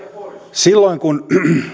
silloin kun